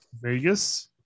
vegas